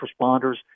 responders